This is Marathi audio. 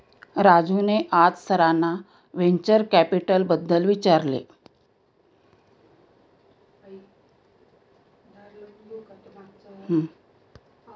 राजूने आज सरांना व्हेंचर कॅपिटलबद्दल विचारले